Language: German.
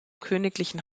königlichen